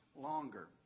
longer